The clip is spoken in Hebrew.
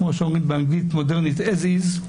כמו שאומרים באנגלית מודרנית as is,